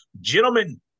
Gentlemen